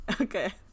Okay